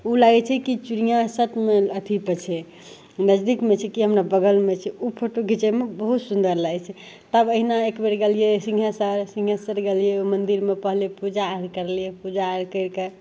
ओ लागै छै कि चिड़िआँ सचमे अथीपर छै नजदीकमे छै कि हमरा बगलमे छै ओ फोटो घिचैमे बहुत सुन्दर लागै छै तब एहिना एकबेर गेलिए सिँहेश्वर सिँहेश्वर गेलिए मन्दिरमे पहिले पूजा आओर करलिए पूजा आओर करिके